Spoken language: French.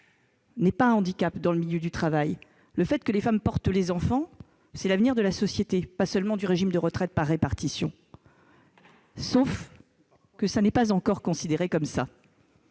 n'est pas un handicap dans le milieu du travail ? Le fait que les femmes portent les enfants, c'est l'avenir de la société, pas seulement celui du régime de retraite par répartition. Pourtant, la grossesse n'est pas considérée